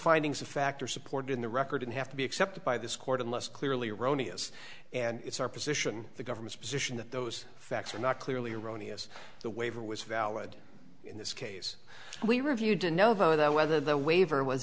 findings of fact are supported in the record and have to be accepted by this court unless clearly erroneous and it's our position the government's position that those facts are not clearly erroneous the waiver was valid in this case we reviewed to know though that whether the waiver was